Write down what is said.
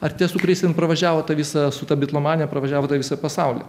ar tie su kuriais jin pravažiavo tą visą su ta bitlomanija pravažiavo visą pasaulį